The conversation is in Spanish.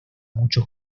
mucho